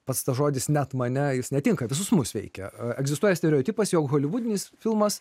pats tas žodis net mane jis netinka visus mus veikia egzistuoja stereotipas jog holivudinis filmas